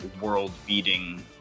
world-beating